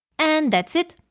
and that's it!